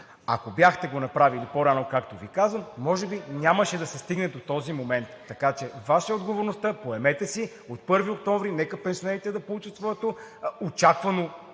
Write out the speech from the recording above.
го бяхте направили по-рано, както Ви казах, може би нямаше да се стигне до този момент. Така че Ваша е отговорността, поемете я и нека от 1 октомври пенсионерите да получат своето очаквано